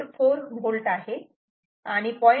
4 V आहे आणि 0